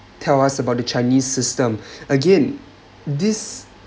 tell us about the chinese system again this